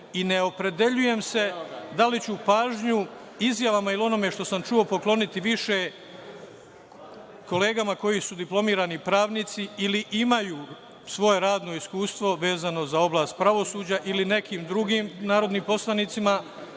i neoporedeljujem se da li ću pažnju izjavama ili onome što sam čuo pokloniti više kolegama koji su diplomirani pravnici, ili imaju svoje radno iskustvo vezano za oblast pravosuđa ili imaju svoje radno